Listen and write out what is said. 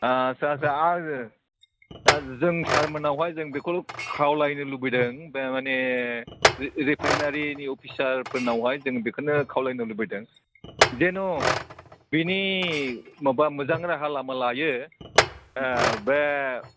आथसा सा आङो दा जों सारमोननावहाय जों बेखौल' खावलायनो लुबैदों बे मानि रिफाइनारिनि अफिसारफोरनावहाय जों बेखौनो खावलायनो लुबैदों जेन' बेनि माबा मोजां राहा लामा लायो बे